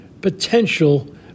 potential